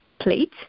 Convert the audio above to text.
plate